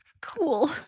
Cool